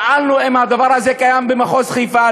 שאלנו אם הדבר הזה קיים במחוז חיפה,